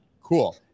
Cool